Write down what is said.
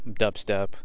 dubstep